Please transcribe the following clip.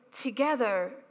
together